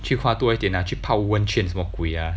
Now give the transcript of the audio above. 去花多一点拿去泡温泉什么鬼 ah